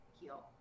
heal